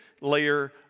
layer